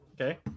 Okay